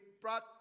brought